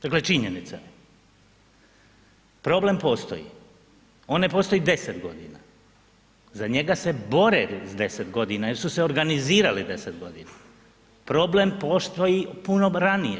Dakle činjenica je, problem postoji, on ne postoji 10 godina, za njega se bore ljudi 10 godina jer su se organizirali 10 godina, problem postoji puno ranije.